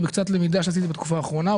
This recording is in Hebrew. ובעקבות קצת למידה שעשיתי בתקופה האחרונה,